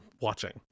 watching